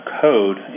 code